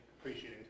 appreciating